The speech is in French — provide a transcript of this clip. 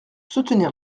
soutenir